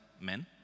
men